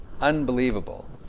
unbelievable